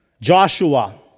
Joshua